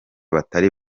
batari